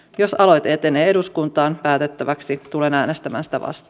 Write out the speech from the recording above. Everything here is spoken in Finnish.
jos aloite etenee eduskuntaan päätettäväksi tulen äänestämästä vas